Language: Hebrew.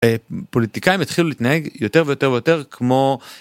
פוליטיקאים התחילו להתנהג יותר ויותר ויותר כמו.